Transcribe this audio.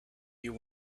you